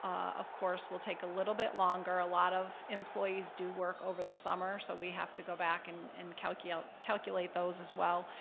um of course, will take a little bit longer. a lot of employees do work over the summer so we have to go back and and calculate calculate those as well.